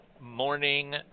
morning